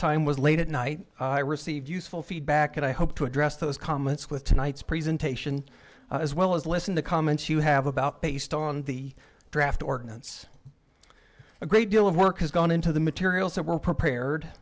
time was late at night i received useful feedback and i hope to address those comments with tonight's presentation as well as listen the comments you have about based on the draft ordinance a great deal of work has gone into the materials that were